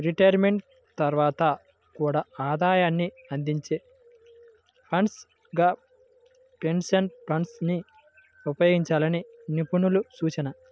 retirement తర్వాత కూడా ఆదాయాన్ని అందించే ఫండ్స్ గా పెన్షన్ ఫండ్స్ ని ఉపయోగించాలని నిపుణుల సూచన